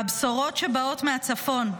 והבשורות שבאות מהצפון,